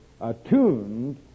attuned